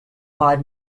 five